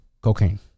cocaine